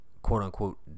quote-unquote